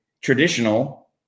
traditional